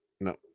No